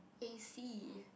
A_C